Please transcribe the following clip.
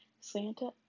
Santa